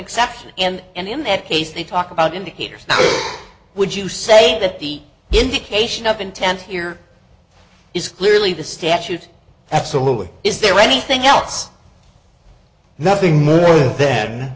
exception and imette case they talk about indicators would you say that the indication of intent here is clearly the statute absolutely is there anything else nothing more then th